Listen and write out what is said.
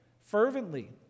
fervently